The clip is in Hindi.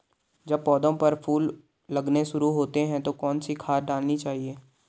जब पौधें पर फूल लगने शुरू होते हैं तो कौन सी खाद डालनी चाहिए?